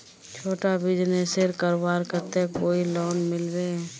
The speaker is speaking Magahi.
छोटो बिजनेस करवार केते कोई लोन मिलबे?